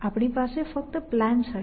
આપણી પાસે ફક્ત પ્લાન્સ હશે